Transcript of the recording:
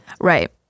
Right